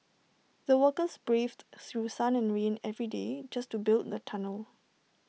the workers braved through sun and rain every day just to build the tunnel